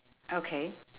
okay